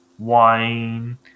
wine